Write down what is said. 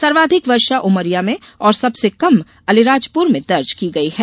सर्वाधिक वर्षा उमरिया में और सबसे कम अलीराजपुर में दर्ज की गई है